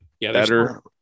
better